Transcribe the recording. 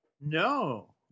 No